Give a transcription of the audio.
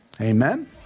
Amen